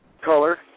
Color